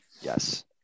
Yes